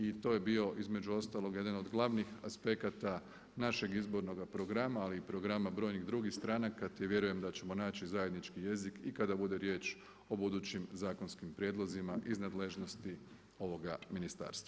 I to je bio između ostalog jedan od glavnih aspekata našeg izbornog programa ali i programa brojnih drugih stranaka te vjerujem da ćemo naći zajednički jezik i kada bude riječ o budućim zakonskim prijedlozima iz nadležnosti ovoga ministarstva.